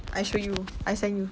I show you I send you